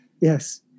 Yes